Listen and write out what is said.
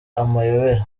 amayobera